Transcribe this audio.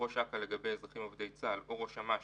ראש אכ"א לגבי אזרחים עובדי צה"ל או ראש אמ"ש